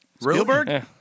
Spielberg